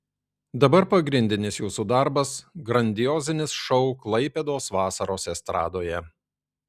dabar pagrindinis jūsų darbas grandiozinis šou klaipėdos vasaros estradoje